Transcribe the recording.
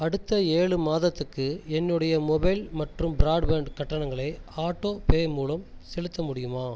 அடுத்த ஏழு மாதத்துக்கு என்னுடைய மொபைல் மற்றும் பிராட்பேன்ட் கட்டணங்களை ஆட்டோபே மூலம் செலுத்த முடியுமா